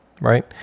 right